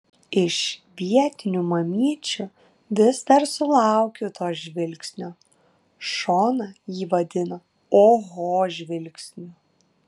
iš vietinių mamyčių vis dar sulaukiu to žvilgsnio šona jį vadina oho žvilgsniu